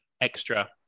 extra